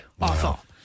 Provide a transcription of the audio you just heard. awful